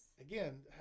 again